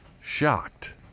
Shocked